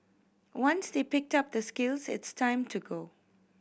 once they pick up the skills it's time to go